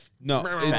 No